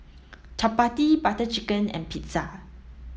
Chapati Butter Chicken and Pizza